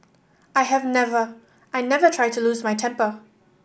I have never I never try to lose my temper